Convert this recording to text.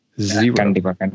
Zero